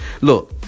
Look